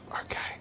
Okay